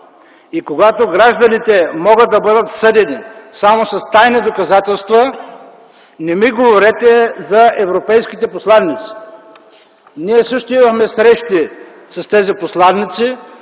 и когато гражданите могат да бъдат съдени само с тайни доказателства, не ми говорете за европейските посланици. Ние също имахме срещи с тези посланици.